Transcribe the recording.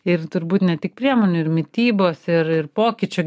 ir turbūt ne tik priemonių ir mitybos ir ir pokyčio